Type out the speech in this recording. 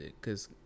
Cause